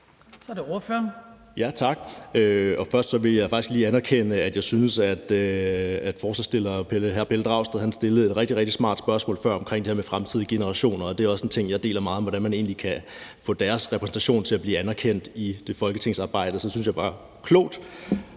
Steffen W. Frølund (LA): Tak. Først vil jeg faktisk lige sige, at jeg synes, at hr. Pelle Dragsted stillede et rigtig smart spørgsmål før om det her med de fremtidige generationer, og det er også en ting, jeg deler meget, altså hvordan man egentlig kan få deres repræsentation til at blive anerkendt i folketingsarbejdet. Det synes jeg var klogt